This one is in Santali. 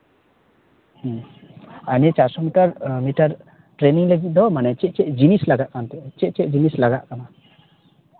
ᱦᱩᱸ ᱱᱤᱭᱟᱹ ᱪᱟᱨᱥᱚ ᱢᱤᱴᱟᱨ ᱢᱤᱴᱟᱨ ᱴᱨᱮᱹᱱᱤᱝ ᱞᱟᱹᱜᱤᱫ ᱫᱚ ᱢᱟᱱᱮ ᱪᱮᱫ ᱪᱮᱫ ᱡᱤᱱᱤᱥ ᱞᱟᱜᱟᱜ ᱠᱟᱱ ᱛᱮ ᱪᱮᱫ ᱪᱮᱫ ᱡᱤᱱᱤᱥ ᱞᱟᱜᱟᱜ ᱠᱟᱱᱟ